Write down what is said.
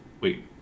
Wait